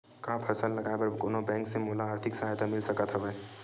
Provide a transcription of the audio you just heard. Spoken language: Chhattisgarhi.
फसल लगाये बर कोन से बैंक ले मोला आर्थिक सहायता मिल सकत हवय?